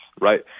right